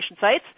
sites